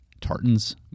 tartans